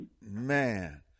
Man